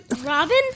Robin